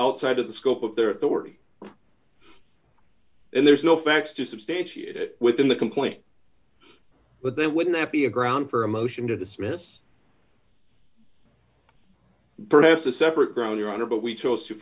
outside of the scope of their authority and there's no facts to substantiate it within the complaint but they wouldn't that be a ground for a motion to dismiss perhaps a separate ground your honor but we chose to